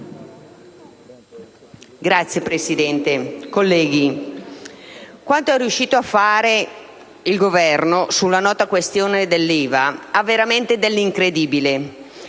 onorevoli colleghi, quanto è riuscito a fare il Governo sulla nota questione dell'IVA ha veramente dell'incredibile.